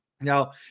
Now